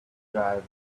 driver